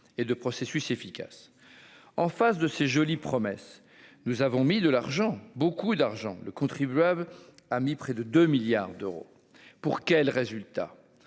et de processus efficace en face de ses jolies promesses, nous avons mis de l'argent, beaucoup d'argent, le contribuable a mis près de 2 milliards d'euros pour quel résultat,